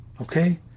okay